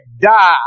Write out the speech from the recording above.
die